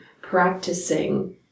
practicing